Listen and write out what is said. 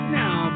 now